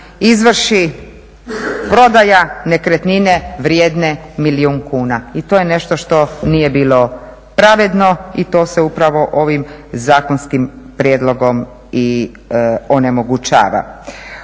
izvrši prodaja nekretnine vrijedne milijun kuna. I to je nešto što nije bilo pravedno i to se upravo ovim zakonskim prijedlogom i onemogućava.